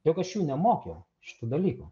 juk aš jų nemokiau šitų dalykų